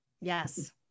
Yes